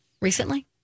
Recently